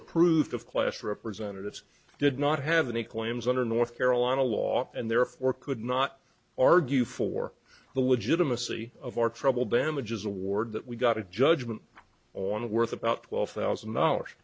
approved of class representatives did not have any claims under north carolina law and therefore could not argue for the widget i'm a city of our trouble damages award that we got a judgment on of worth about twelve thousand dollars